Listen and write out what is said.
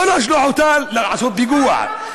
לא לשלוח אותה לעשות פיגוע.